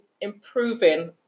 improving